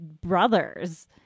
brothers